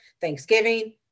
Thanksgiving